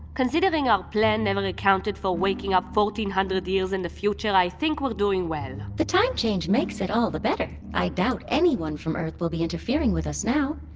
considering our plan never accounted for waking up fourteen hundred years in the future, i think we're doing well the time change makes it all the better. i doubt anyone from earth will be interfering with us now.